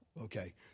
Okay